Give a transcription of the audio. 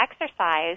exercise